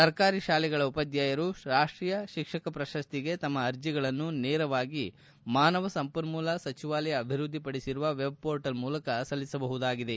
ಸರ್ಕಾರಿ ಶಾಲೆಗಳ ಉಪಾಧ್ವಾಯರು ರಾಷ್ಷೀಯ ಶಿಕ್ಷಕ ಪ್ರಶಸ್ತಿಗೆ ತಮ್ನ ಅರ್ಜಿಗಳನ್ನು ನೇರವಾಗಿ ಮಾನವ ಸಂಪನ್ನೂಲ ಸಚಿವಾಲಯ ಅಭಿವ್ಯದ್ದಿಪಡಿಸಿರುವ ವೆಬ್ ಮೋರ್ಟಲ್ ಮೂಲಕ ಸಲ್ಲಿಸಬಹುದಾಗಿದೆ